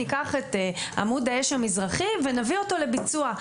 ניקח את עמוד האש המזרחי ונביא אותו לביצוע".